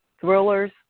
Thrillers